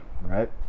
Right